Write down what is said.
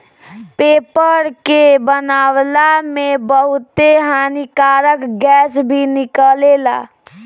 paper के बनावला में बहुते हानिकारक गैस भी निकलेला